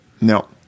No